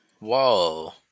Whoa